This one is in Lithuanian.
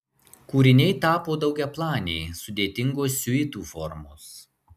kūriniai tapo daugiaplaniai sudėtingos siuitų formos